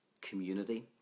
community